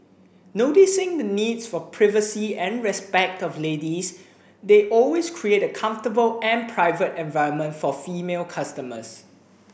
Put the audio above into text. noticing the needs for privacy and respect of ladies they always create a comfortable and private environment for female customers